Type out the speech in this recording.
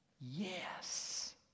Yes